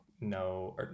no